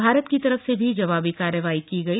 भारत की तरफ से भी जवाबी कार्यवाही की गई